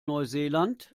neuseeland